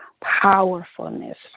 powerfulness